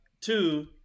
Two